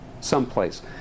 someplace